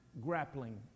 grappling